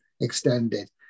extended